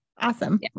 Awesome